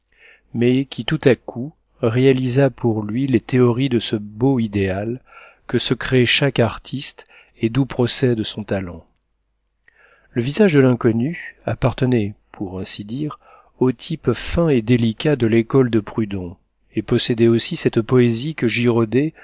mais qui tout à coup réalisa pour lui les théories de ce beau idéal que se crée chaque artiste et d'où procède son talent le visage de l'inconnue appartenait pour ainsi dire au type fin et délicat de l'école de prudhon et possédait aussi cette poésie que girodet